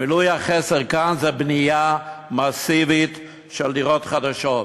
מילוי החסר כאן זה בנייה מסיבית של דירות חדשות.